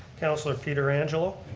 councilor pietrangelo.